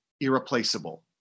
irreplaceable